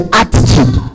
attitude